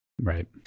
Right